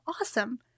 awesome